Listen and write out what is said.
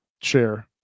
share